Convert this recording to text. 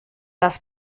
das